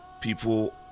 people